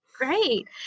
Great